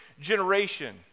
generation